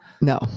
No